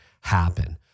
happen